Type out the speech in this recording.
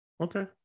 Okay